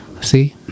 See